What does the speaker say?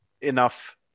enough